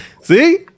See